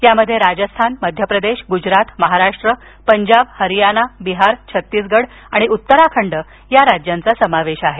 यात राजस्थान मध्यप्रदेश गुजरात महाराष्ट्र पंजाब हरियाना बिहार छतीसगढ आणि उत्तराखंड या राज्यांचा समावेश आहे